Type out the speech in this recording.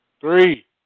Three